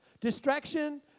distraction